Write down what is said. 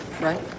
right